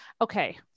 okay